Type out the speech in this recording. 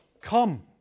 come